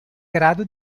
grado